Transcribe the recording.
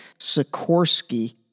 Sikorsky